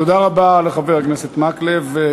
תודה רבה לחבר הכנסת מקלב.